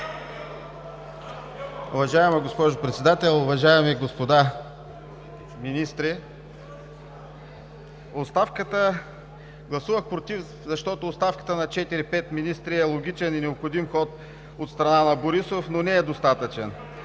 Уважаема госпожо Председател, уважаеми господа министри! Гласувах „против“, защото оставката на четири-пет министри е логичен и необходим ход от страна на Борисов, но не е достатъчен.